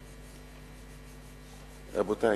רבותי,